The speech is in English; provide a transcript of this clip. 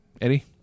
Eddie